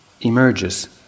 emerges